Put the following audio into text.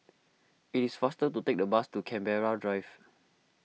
it is faster to take the bus to Canberra Drive